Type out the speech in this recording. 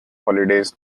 holidays